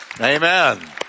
Amen